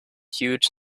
huge